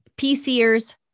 PCers